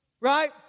Right